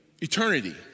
eternity